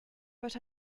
but